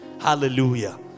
Hallelujah